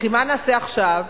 וכי מה נעשה עכשיו?